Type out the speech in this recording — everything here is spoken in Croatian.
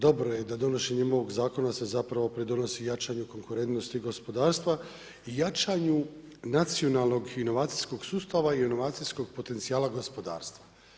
Dobro je da donošenjem ovog zakona se zapravo pridonosi jačanju konkurentnosti gospodarstva i jačanju nacionalnog inovacijskog sustava i inovacijskog potencijala gospodarstva.